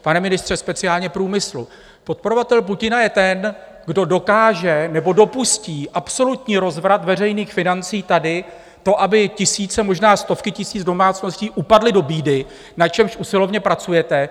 Pane ministře, speciálně průmyslu, podporovatel Putina je ten, kdo dokáže nebo dopustí absolutní rozvrat veřejných financí, tady to, aby tisíce, možná stovky tisíc domácností upadly do bídy, na čemž usilovně pracujete.